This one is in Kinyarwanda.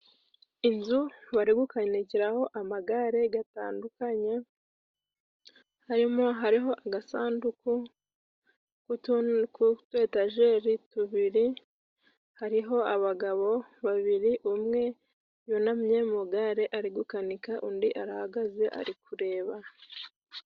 Inzu bari gukanikiraho amagare atandukanye hariho agasanduku k'utuyejeri tubiri, hariho abagabo babiri, umwe yunamye, mu igare ari gukanika, undi arahagaze ari kureba.